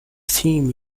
theme